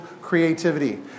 creativity